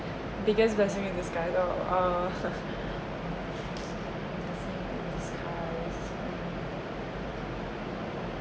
biggest blessing in disguise oh ah blessing in disguise mm